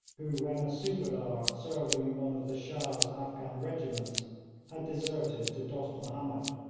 who when a subadar serving in one of the shah's afghan regiments had deserted to dost mahomed.